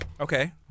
Okay